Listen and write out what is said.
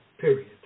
period